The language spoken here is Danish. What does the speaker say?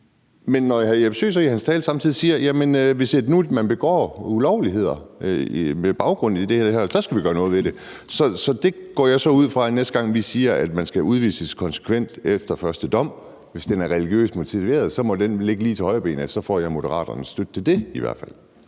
Jeppe Søe siger så samtidig i sin tale, at hvis nu der begås ulovligheder med baggrund i det her, så skal vi gøre noget ved det. Så jeg går ud fra, at næste gang vi siger, at man skal udvises konsekvent efter første dom, hvis den er religiøst motiveret, så må det vel ligge lige til højrebenet, at så får jeg i hvert fald Moderaternes støtte til det. Kl.